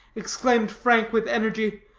exclaimed frank with energy,